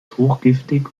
hochgiftig